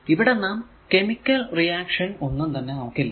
ഇവിടെ നാം chemical reaction ഒന്നും തന്നെ നോക്കില്ല